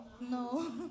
No